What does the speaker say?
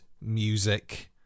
music